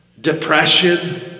depression